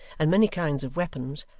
and many kinds of weapons,